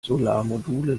solarmodule